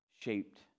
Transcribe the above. shaped